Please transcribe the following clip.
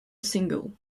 single